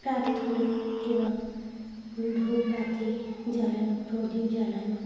প্রার্থনা এবং ধূপ বাতি জ্বালানো প্রদীপ জ্বালানো